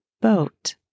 boat